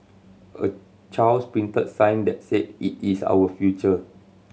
a child's printed sign that said it is our future